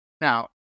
Now